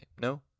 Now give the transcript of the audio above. No